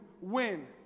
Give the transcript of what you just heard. win